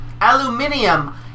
Aluminium